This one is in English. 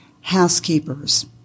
housekeepers